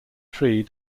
tree